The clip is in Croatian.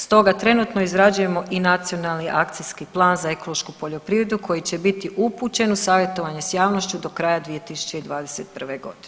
Stoga trenutno izrađujemo i nacionalni akcijski plan za ekološku poljoprivredu koji će biti upućen u savjetovanje s javnošću do kraja 2021. godine.